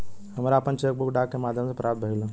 हमरा आपन cheque book डाक के माध्यम से प्राप्त भइल ह